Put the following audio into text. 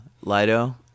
Lido